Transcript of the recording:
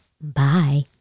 Bye